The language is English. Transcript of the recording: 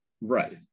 right